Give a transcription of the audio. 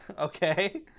Okay